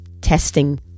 testing